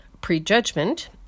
prejudgment